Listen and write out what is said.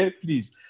please